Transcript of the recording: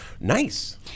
nice